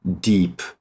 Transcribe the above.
deep